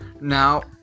now